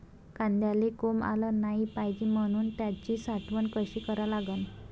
कांद्याले कोंब आलं नाई पायजे म्हनून त्याची साठवन कशी करा लागन?